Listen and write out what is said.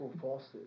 forces